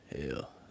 hell